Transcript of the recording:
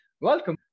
Welcome